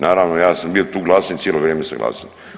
Naravno ja sam bio tu glasi… i cijelo vrijeme sam glasio.